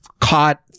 caught